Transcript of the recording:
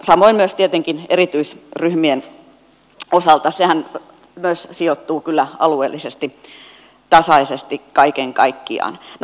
samoin myös tietenkin erityisryhmien osalta sehän myös sijoittuu kyllä alueellisesti tasaisesti kaiken kaikkiaan